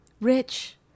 Rich